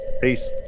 Peace